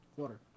Water